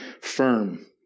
firm